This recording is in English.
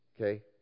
Okay